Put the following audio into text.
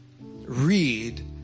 read